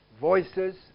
voices